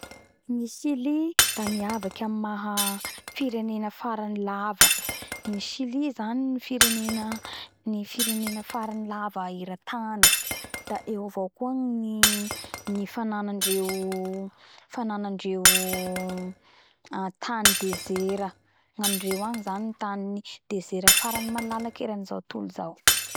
Ny Chili da miavaky amy maha firenena farany lava ny Chili zany ny firenena farany lava eratany da eo avao koa ny fananandreo tany dessera gna, indreo agny zany tany dessera farany malalaky erany zao tontolo izao